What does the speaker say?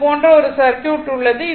இது போன்ற ஒரு சர்க்யூட் உள்ளது